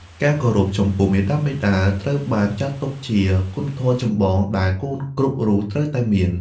ការគោរពចំពោះមាតាបិតាត្រូវបានចាត់ទុកជាគុណធម៌ចម្បងដែលកូនគ្រប់រូបត្រូវតែមាន។